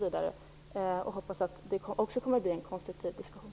Jag hoppas att det också kommer att bli en konstruktiv diskussion.